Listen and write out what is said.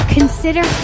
Consider